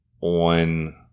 on